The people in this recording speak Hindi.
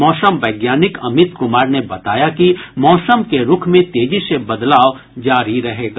मौसम वैज्ञानिक अमित कुमार ने बताया कि मौसम के रूख में तेजी से बदलाव जारी रहेगा